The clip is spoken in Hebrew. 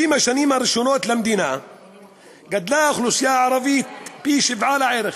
ב-50 השנים הראשונות למדינה גדלה האוכלוסייה הערבית פי-שבעה לערך.